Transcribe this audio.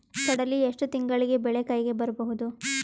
ಕಡಲಿ ಎಷ್ಟು ತಿಂಗಳಿಗೆ ಬೆಳೆ ಕೈಗೆ ಬರಬಹುದು?